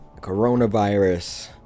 coronavirus